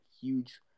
huge